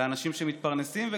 לאנשים שמתפרנסים בה,